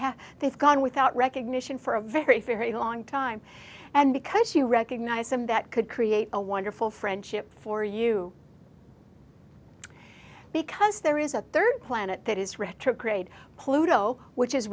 have they've gone without recognition for a very very long time and because you recognize them that could create a wonderful friendship for you because there is a third planet that is retrograde pluto which is